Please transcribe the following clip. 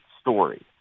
story